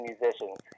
musicians